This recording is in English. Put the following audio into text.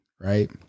right